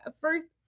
first